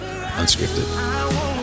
unscripted